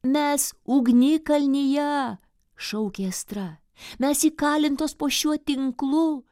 mes ugnikalnyje šaukia astra mes įkalintos po šiuo tinklu